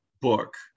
book